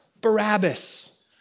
Barabbas